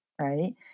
Right